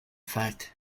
fact